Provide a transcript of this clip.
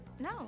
no